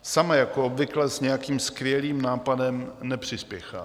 Sama jako obvykle s nějakým skvělým nápadem nepřispěchá.